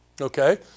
Okay